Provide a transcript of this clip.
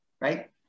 right